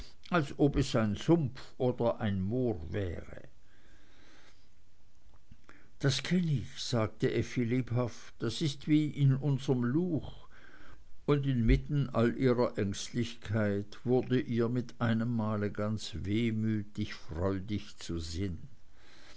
als ob es ein sumpf oder ein moor wäre das kenn ich sagte effi lebhaft das ist wie in unsrem luch und inmitten all ihrer ängstlichkeit wurde ihr mit einem male ganz wehmütig freudig zu sinn